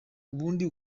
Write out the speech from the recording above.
ubundi